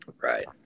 right